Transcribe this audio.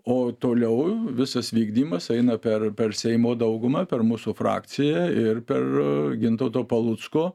o toliau visas vykdymas eina per per seimo daugumą per mūsų frakciją ir per gintauto palucko